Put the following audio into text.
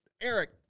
Eric